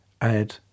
add